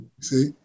see